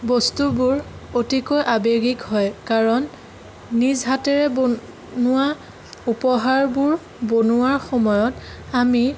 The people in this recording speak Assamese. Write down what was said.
বস্তুবোৰ অতিকৈ আবেগিক হয় কাৰণ নিজ হাতেৰে বনোৱা উপহাৰবোৰ বনোৱাৰ সময়ত আমি